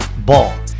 Ball